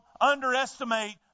underestimate